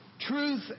Truth